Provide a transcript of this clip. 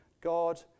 God